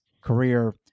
career